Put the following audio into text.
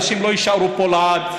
אנשים לא יישארו פה לעד.